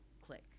click